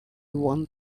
one